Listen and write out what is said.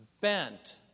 bent